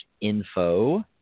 info